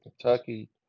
Kentucky